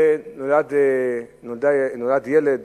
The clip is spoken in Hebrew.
ונולד ילד